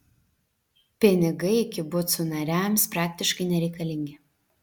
pinigai kibucų nariams praktiškai nereikalingi